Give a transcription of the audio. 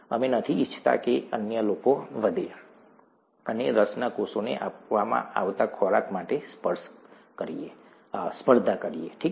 અમે નથી ઈચ્છતા કે અન્ય લોકો વધે અને રસના કોષોને આપવામાં આવતા ખોરાક માટે સ્પર્ધા કરીએ ઠીક છે